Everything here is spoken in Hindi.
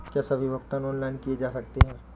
क्या सभी भुगतान ऑनलाइन किए जा सकते हैं?